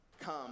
come